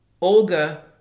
Olga